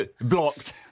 Blocked